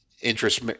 Interest